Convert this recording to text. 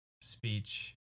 speech